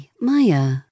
Maya